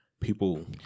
people